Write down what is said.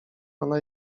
ona